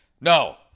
No